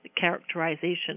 characterization